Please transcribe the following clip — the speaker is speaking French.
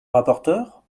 rapporteur